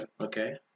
Okay